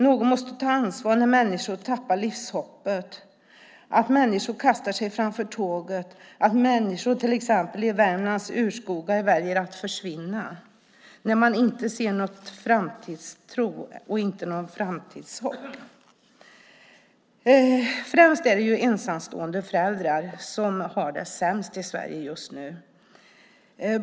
Någon måste ta ansvar när människor tappar livshoppet, när människor kastar sig framför tåget eller väljer att försvinna i Värmlands urskogar när man inte har någon framtidstro och inget framtidshopp. Det är ensamstående föräldrar som har det sämst i Sverige just nu.